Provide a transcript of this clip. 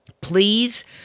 please